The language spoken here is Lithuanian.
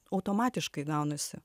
automatiškai gaunasi